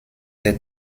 der